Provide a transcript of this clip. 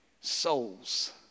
souls